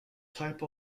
type